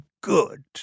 good